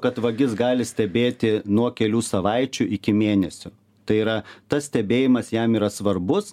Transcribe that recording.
kad vagis gali stebėti nuo kelių savaičių iki mėnesių tai yra tas stebėjimas jam yra svarbus